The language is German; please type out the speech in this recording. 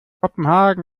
kopenhagen